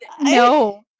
No